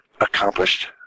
accomplished